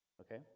Okay